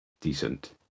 decent